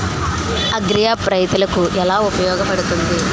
Agri app రైతులకి ఏలా ఉపయోగ పడుతుంది?